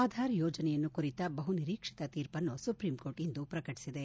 ಆಧಾರ್ ಯೋಜನೆಯನ್ನು ಕುರಿತ ಬಹುನಿರೀಕ್ಷಿತ ತೀರ್ಪನ್ನು ಸುಪ್ರೀಂಕೋರ್ಟ್ ಇಂದು ಪ್ರಕಟಿಸಿದೆ